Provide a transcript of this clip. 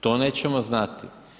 To nećemo znati.